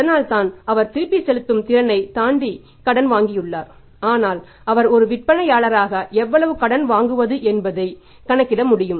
அதனால்தான் அவர் திருப்பிச் செலுத்தும் திறனைத் தாண்டி கடன் வாங்கியுள்ளார் ஆனால் அவர் ஒரு விற்பனையாளராக எவ்வளவு கடன் வாங்குவது என்பதை கணக்கிட முடியும்